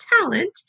talent